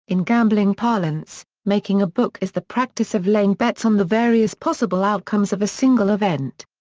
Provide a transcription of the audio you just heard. in gambling parlance, making a book is the practice of laying bets on the various possible outcomes of a single event.